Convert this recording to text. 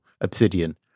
Obsidian